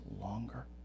longer